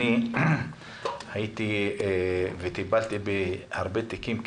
אני טיפלתי בהרבה תיקים כאלה.